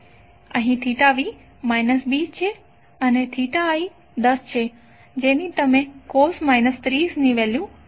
અહીં v 20 અને i10 છે જેથી તમને cos 30 0